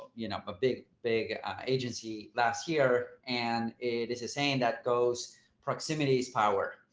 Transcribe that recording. you know, a big, big agency last year and it is a saying that goes proximities power.